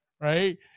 Right